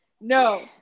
no